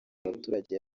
abaturage